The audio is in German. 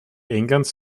englands